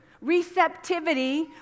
Receptivity